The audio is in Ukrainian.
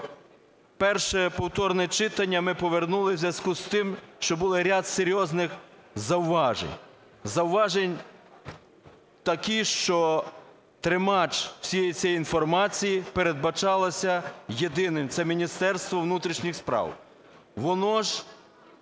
Перше повторне читання ми повернули у зв'язку з тим, що було ряд серйозних зауважень. Зауваження такі, що тримач всієї цієї інформації передбачався єдиний – Міністерство внутрішніх справ. Воно ж